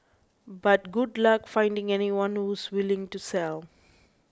but good luck finding anyone who's willing to sell